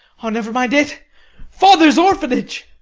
oh, never mind it father's orphanage!